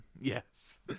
Yes